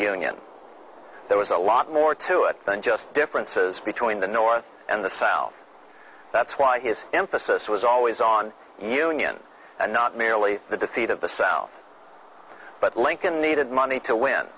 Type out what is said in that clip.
union there was a lot more to it than just differences between the north and the south that's why his emphasis was always on union and not merely the seat of the south but lincoln needed money to win